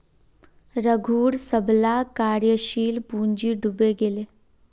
रघूर सबला कार्यशील पूँजी डूबे गेले